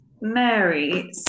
Mary